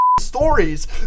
stories